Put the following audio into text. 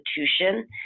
institution